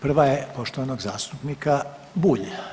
Prva je poštovanog zastupnika Bulja.